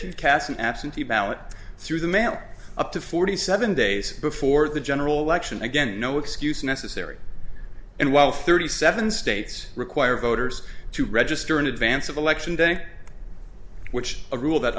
an absentee ballot through the mail up to forty seven days before the general election again no excuse necessary and while thirty seven states require voters to register in advance of election day which a rule that